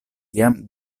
jam